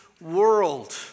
world